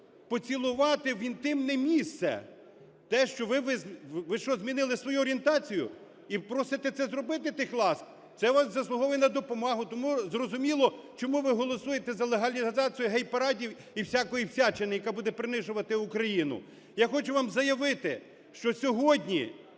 поцілувати в інтимне місце. Ви що, змінили свою орієнтацію і просите це зробити, тих ласк? Це заслуговує на допомогу. Тому зрозуміло, чому ви голосуєте за легалізацію гейпарадів і всякої всячини, яка буде принижувати Україну. Я хочу вам заявити, що сьогодні